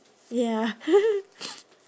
ya